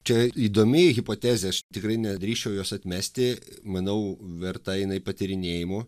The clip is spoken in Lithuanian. čia įdomi hipotezė aš tikrai nedrįsčiau jos atmesti manau verta jinai patyrinėjimų